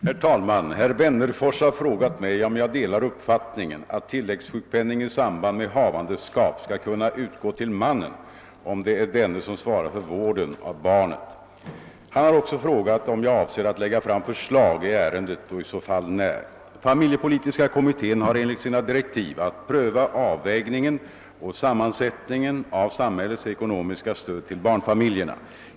Herr talman! Herr Wennerfors har frågat mig om jag delar uppfattningen att tillägssjukpenning i samband med havandeskap skall kunna utgå till mannen om det är denne som svarar för vården av barnet. Han har också frågat om jag avser att lägga fram förslag i ärendet och i så fall när. Familjepolitiska kommittén har enligt sina direktiv att pröva avvägningen och sammansättningen av samhällets ekonomiska stöd till barnfamiljerna.